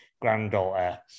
granddaughter